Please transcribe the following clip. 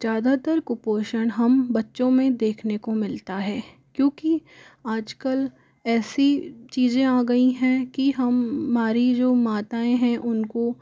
ज़्यादातर कुपोषण हमें बच्चों में देखने को मिलता है क्योंकि आजकल ऐसी चीजें आ गई हैं कि हम हमारी जो माताएँ हैं उनको